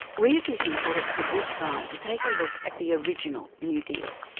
rear vision thought it was a good time to take a look at the original new deal,